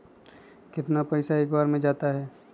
कितना पैसा एक बार में जाता है?